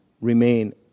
remain